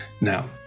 Now